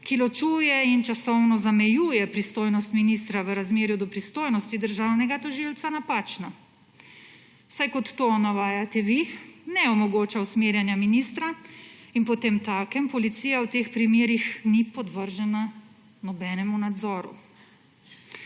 ki ločuje in časovno zamejuje pristojnost ministra v razmerju do pristojnosti državnega tožilca, napačno, saj, kot to navajate vi, ne omogoča usmerjanja ministra in potemtakem policija v teh primerih ni podvržena nobenemu nadzoru.